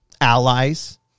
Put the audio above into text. allies